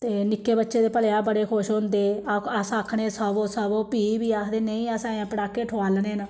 ते निक्के बच्चे ते भलेआं बड़े खुश होंदे अस आखने सवो सवो फ्ही बी आखदे नेईं असें अजें पटाके ठोआलने न